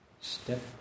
Step